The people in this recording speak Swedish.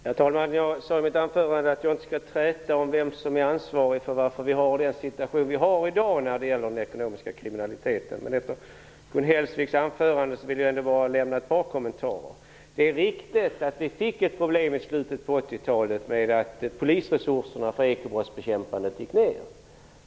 Herr talman! Jag sade i mitt anförande att jag inte skall träta om vem som är ansvarig för att vi har den situation som vi har i dag när det gäller den ekonomiska kriminaliteten. Men efter Gun Hellsviks anförande vill jag ändå lämna ett par kommentarer. Det är riktigt att vi fick ett problem i slutet av 80 talet med att polisresurserna för ekobrottsbekämpandet minskade.